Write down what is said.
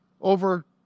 over